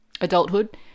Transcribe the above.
adulthood